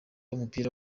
w’umupira